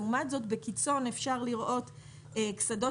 לעומת זאת בקיצון אפשר לראות קסדות